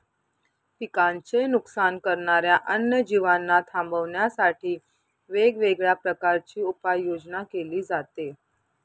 पिकांचे नुकसान करणाऱ्या अन्य जीवांना थांबवण्यासाठी वेगवेगळ्या प्रकारची उपाययोजना केली जाते